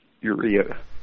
urea